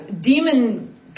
demon